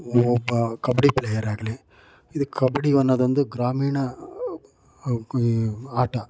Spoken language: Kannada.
ಒಬ್ಬ ಕಬಡ್ಡಿ ಪ್ಲೇಯರಾಗಲಿ ಇದು ಕಬಡ್ಡಿ ಅನ್ನೋದೊಂದು ಗ್ರಾಮೀಣ ಆಟ